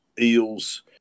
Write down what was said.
eels